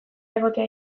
egotea